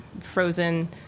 frozen